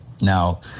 Now